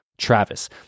Travis